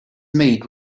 mead